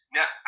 Now